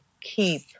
keep